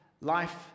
life